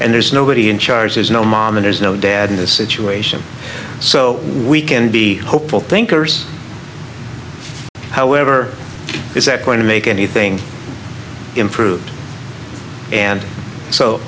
and there's nobody in charge there's no mama there's no dad in this situation so we can be hopeful thinkers however is that going to make anything improved and so